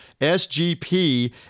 SGP